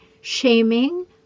shaming